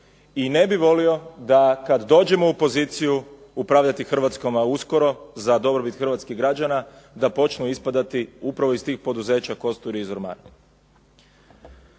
i ne bih volio da kad dođemo u poziciji upravljati Hrvatskom, a uskoro za dobrobit hrvatskih građana, da počnu ispadati upravo iz tih poduzeća …/Govornik